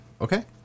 Okay